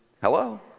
Hello